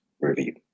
review